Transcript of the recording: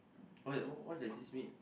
what what does this mean